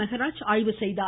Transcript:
மெகராஜ் ஆய்வு செய்தார்